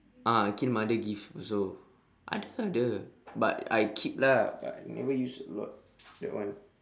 ah aqil mother give also ada ada but I keep lah but I never use a lot that one